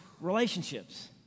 relationships